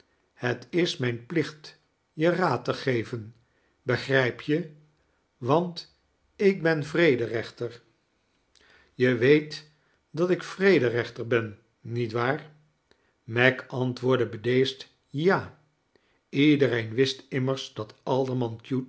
het is mijn plicht je raad te geven begrijp je want ik lien vrederechter je weet dat ik vrederechter ben nietwaar meg antwoordde bedeesd ja iedereen wist immers dat alderman cute